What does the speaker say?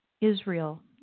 Israel